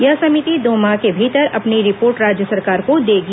यह समिति दो माह के भीतर अपनी रिपोर्ट राज्य सरकार को देगी